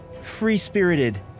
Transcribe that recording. free-spirited